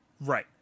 Right